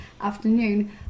afternoon